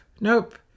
nope